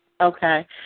Okay